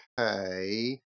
Okay